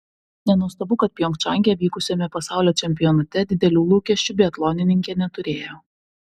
nenuostabu kad pjongčange vykusiame pasaulio čempionate didelių lūkesčių biatlonininkė neturėjo